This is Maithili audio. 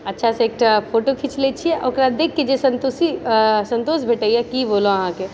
अच्छा से एक टा फोटो खीँच लै छियै ओकरा देखके जे सन्तोषी सन्तोष भेटैए की बोलहु अहाँके